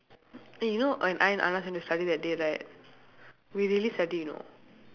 eh you know when I and anand went to study that day right we really study you know